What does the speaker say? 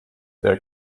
there